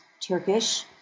Turkish